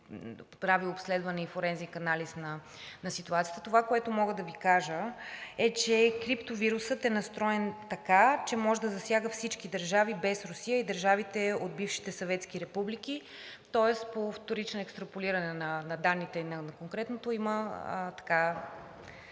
Това, което мога да Ви кажа, е, че криптовирусът е настроен така, че може да засяга всички държави, без Русия и държавите от бившите съветски републики, тоест по вторично екстраполиране на данните има ясна следа, че идва